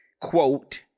quote